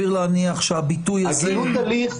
שנוגעים למשפט הפלילי.